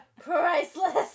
priceless